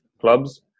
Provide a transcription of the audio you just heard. clubs